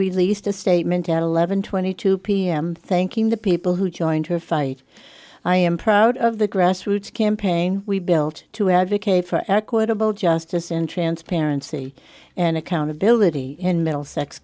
released a statement at eleven twenty two pm thanking the people who joined her fight i am proud of the grassroots campaign we built to advocate for equitable justice in transparency and accountability in middlesex